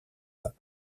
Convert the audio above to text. pape